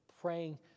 praying